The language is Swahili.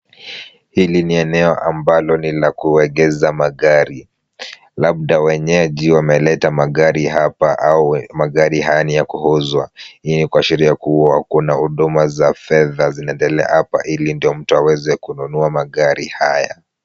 Hili ni eneo ambalo ni la kuegeza magari. Labda wenyeji wameleta magari hapa au magari haya ni ya kuuzwa. Hii ni kuashiria kuwa kuna huduma za fedha zinaendelea hapa ili ndio mtu aweze kununua magari haya.